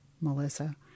Melissa